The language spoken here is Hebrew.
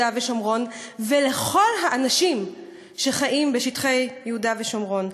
ושומרון ולכל האנשים שחיים בשטחי יהודה ושומרון?